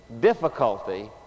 difficulty